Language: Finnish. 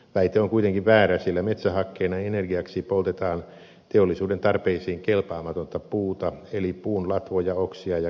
väite on kuitenkin väärä sillä metsähakkeena energiaksi poltetaan teollisuuden tarpeisiin kelpaamatonta puuta eli puun latvoja oksia ja kantojen puuainesta